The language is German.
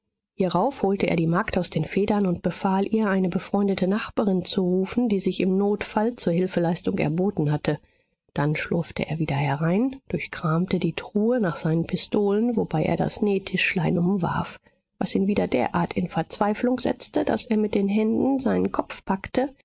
hierauf holte er die magd aus den federn und befahl ihr eine befreundete nachbarin zu rufen die sich im notfall zur hilfeleistung erboten hatte dann schlurfte er wieder herein durchkramte die truhe nach seinen pistolen wobei er das nähtischlein umwarf was ihn wieder derart in verzweiflung setzte daß er mit den händen seinen kopf packte